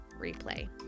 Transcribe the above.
replay